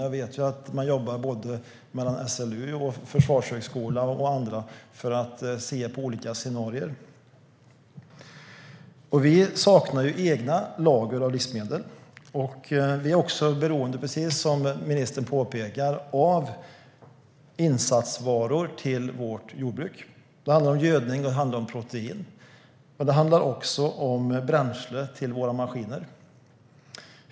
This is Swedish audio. Jag vet att man jobbar mellan SLU, Försvarshögskolan och andra för att se på olika scenarier. Vi saknar egna lager av livsmedel. Vi är också beroende av, precis som ministern påpekade, insatsvaror till vårt jordbruk. Det handlar om gödning, och det handlar om protein. Men det handlar också om bränsle till våra maskiner.